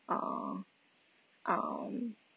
uh um